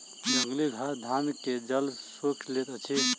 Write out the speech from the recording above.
जंगली घास धान के जल सोइख लैत अछि